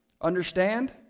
Understand